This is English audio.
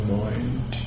mind